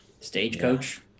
Stagecoach